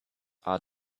are